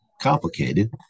complicated